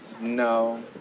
no